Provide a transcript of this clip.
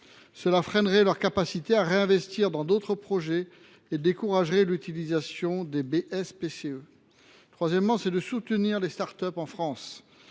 Cela freinerait leur capacité à réinvestir dans d’autres projets et découragerait l’utilisation des BSPCE. Il s’agit enfin de soutenir les start up en France.